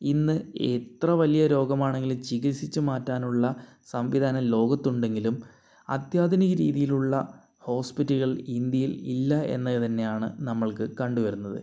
ഇന്ന് എത്ര വലിയ രോഗമാണെങ്കിലും ചികിത്സിച്ച് മാറ്റാനുള്ള സംവിധാനം ലോകത്ത് ഉണ്ടെങ്കിലും അത്യാധുനിക രീതിയിലുള്ള ഹോസ്പിറ്റലുകൾ ഇന്ത്യയിൽ ഇല്ല എന്നത് തന്നെയാണ് നമ്മൾക്ക് കണ്ടു വരുന്നത്